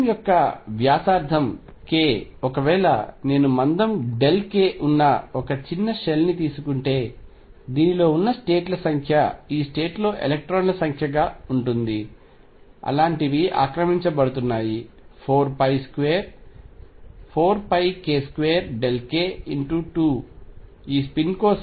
గోళం యొక్క వ్యాసార్థం k ఒకవేళ నేను మందం k ఉన్న ఒక చిన్న షెల్ని తీసుకుంటే దీనిలో ఉన్న స్టేట్ ల సంఖ్య ఈ స్టేట్ లో ఎలక్ట్రాన్ల సంఖ్యగా ఉంటుంది అలాంటివి ఆక్రమించబడుతున్నాయి 4πk2k×2 ఈ స్పిన్ కోసం V83